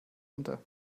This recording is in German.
unter